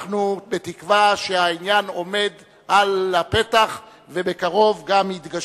אנחנו בתקווה שהעניין עומד על הפתח ובקרוב גם יתגשם.